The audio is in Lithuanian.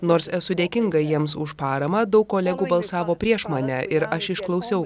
nors esu dėkinga jiems už paramą daug kolegų balsavo prieš mane ir aš išklausiau